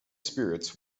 spirits